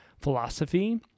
philosophy